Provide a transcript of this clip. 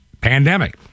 pandemic